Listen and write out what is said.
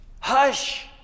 Hush